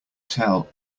tell